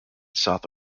south